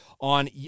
on